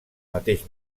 mateix